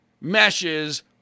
meshes